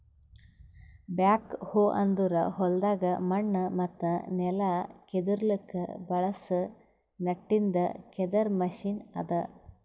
back ಹೋ ಅಂದುರ್ ಹೊಲ್ದಾಗ್ ಮಣ್ಣ ಮತ್ತ ನೆಲ ಕೆದುರ್ಲುಕ್ ಬಳಸ ನಟ್ಟಿಂದ್ ಕೆದರ್ ಮೆಷಿನ್ ಅದಾ